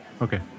okay